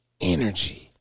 energy